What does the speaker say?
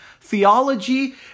Theology